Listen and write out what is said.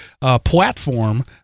platform